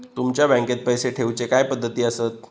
तुमच्या बँकेत पैसे ठेऊचे काय पद्धती आसत?